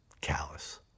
callous